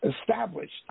established